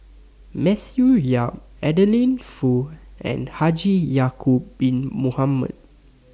Matthew Yap Adeline Foo and Haji Ya'Acob Bin Mohamed